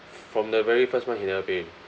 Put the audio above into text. from the very first one he never pay